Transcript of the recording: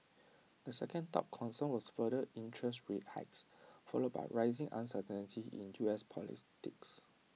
the second top concern was further interest rate hikes followed by rising uncertainty in U S politics